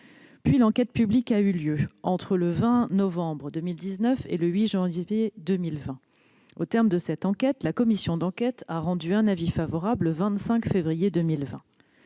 s'est tenue entre le 20 novembre 2019 et le 8 janvier 2020. Au terme de cette enquête, la commission d'enquête a rendu un avis favorable le 25 février 2020.